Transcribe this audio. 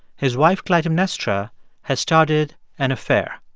his wife clytemnestra has started an affair.